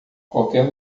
qualquer